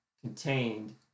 contained